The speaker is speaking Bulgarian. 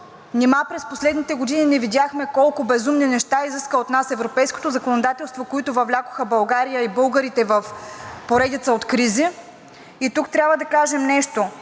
Нима през последните години не видяхме колко безумни неща изиска от нас европейското законодателство, които въвлякоха България и българите в поредица от кризи?! И тук трябва да кажем нещо: